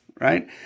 Right